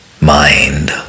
mind